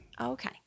Okay